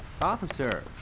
Officer